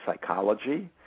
psychology